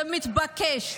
זה מתבקש.